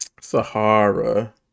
Sahara